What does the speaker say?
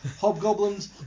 hobgoblins